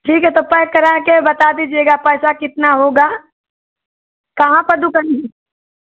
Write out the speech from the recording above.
ठीक है तो पैक करा कर बता दीजिएगा पैसा कितना होगा कहाँ पर दुकान